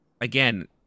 again